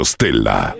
Stella